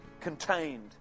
contained